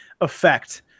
effect